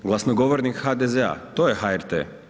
Glasnogovornik HDZ-a to je HRT.